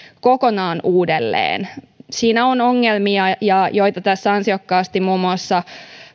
kokonaan uudelleen siinä on ongelmia joita tässä ansiokkaasti muun muassa